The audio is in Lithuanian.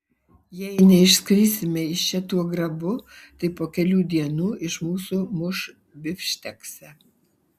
jei neišskrisime iš čia tuo grabu tai po kelių dienų iš mūsų muš bifšteksą